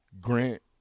Grant